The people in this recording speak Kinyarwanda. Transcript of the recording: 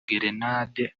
gerenade